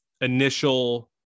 initial